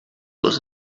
was